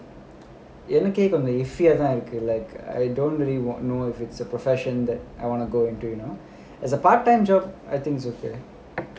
எனக்கே கொஞ்சம்:enakkae konjam issue ah தான் இருக்கு:thaan irukku I don't really want know if it's a profession that I want to go into you know as a part time job I think is okay